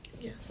yes